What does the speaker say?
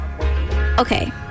Okay